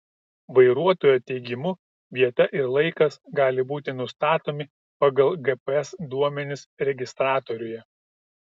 vairuotojo teigimu vieta ir laikas gali būti nustatomi pagal gps duomenis registratoriuje